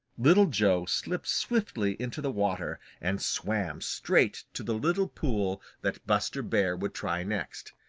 little joe slipped swiftly into the water and swam straight to the little pool that buster bear would try next.